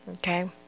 Okay